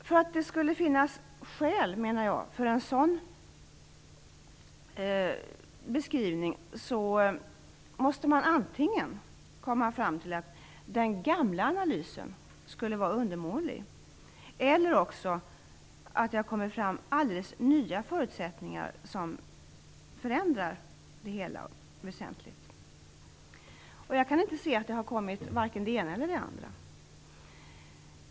För att det skulle finnas skäl för en sådan beskrivning menar jag att man antingen måste komma fram till att den gamla analysen skulle vara undermålig eller också att det har kommit fram alldeles nya förutsättningar som förändrar hela projektet väsentligt. Och jag kan inte se att det har kommit vare sig det ena eller det andra.